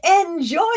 enjoy